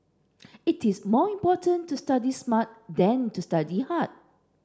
it is more important to study smart than to study hard